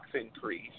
increase